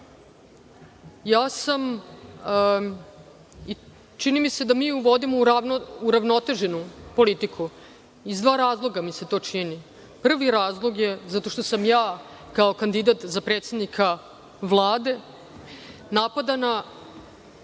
Srbije. Čini mi se da mi vodimo uravnoteženu politiku. Iz dva razloga mi se to čini. Prvi razlog je zato što sam ja kao kandidat za predsednika Vlade napadana